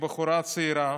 מבחורה צעירה